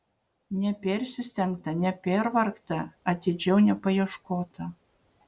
nepersistengta nepervargta atidžiau nepaieškota